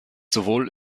sowohl